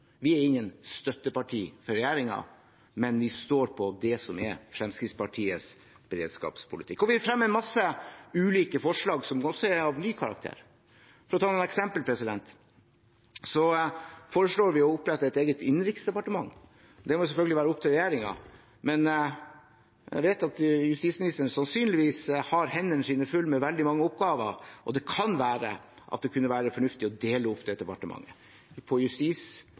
Vi er ikke noe støtteparti for regjeringen, men vi står på det som er Fremskrittspartiets beredskapspolitikk. Og vi fremmer masse ulike forslag som også er av ny karakter. For å ta noen eksempler: Vi foreslår å opprette et eget innenriksdepartement. Det må selvfølgelig være opp til regjeringen, men jeg vet at justisministeren sannsynligvis har hendene fulle med veldig mange oppgaver, og det kan være at det ville være fornuftig å dele opp dette departementet på justis